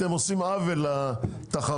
אתם עושים עוול לתחרות,